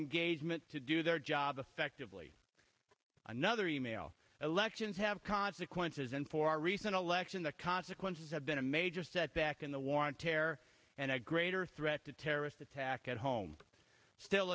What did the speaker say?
engagement to do their job effectively another email elections have consequences and for our recent election the consequences have been a major setback in the war on terror and a greater threat to terrorist attack at home still